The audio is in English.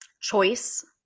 choice